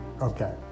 okay